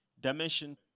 dimension